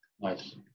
Nice